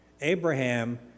Abraham